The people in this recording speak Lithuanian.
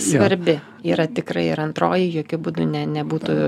svarbi yra tikrai ir antroji jokiu būdu ne nebūtų